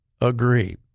agree